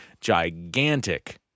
gigantic